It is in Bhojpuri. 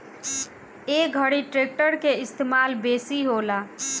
ए घरी ट्रेक्टर के इस्तेमाल बेसी होला